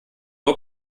nur